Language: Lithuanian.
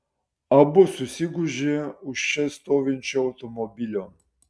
abu susigūžė už čia stovinčio automobilio